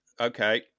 Okay